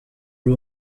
uri